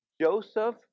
Joseph